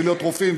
ולהיות רופאים,